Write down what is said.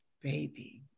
baby